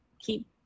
keep